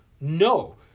no